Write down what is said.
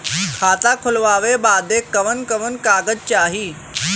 खाता खोलवावे बादे कवन कवन कागज चाही?